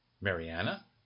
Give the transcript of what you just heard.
Mariana